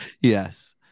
Yes